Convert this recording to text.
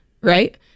right